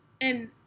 and-